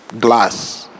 glass